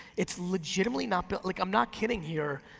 it's legitimately not built, like i'm not kidding here,